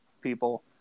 people